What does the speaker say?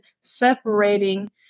separating